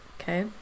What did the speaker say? okay